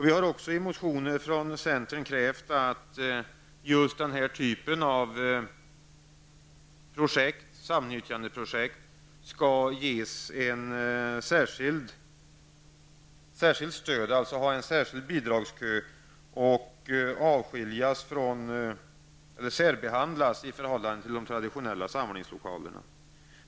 Vi har också i motioner från centern krävt att denna typ av samnyttjandeprojekt skall ha en särskild bidragskö och särbehandlas i förhållande till de traditionella samlingslokalerna.